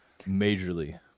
majorly